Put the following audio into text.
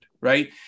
right